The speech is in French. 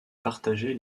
partageait